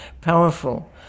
powerful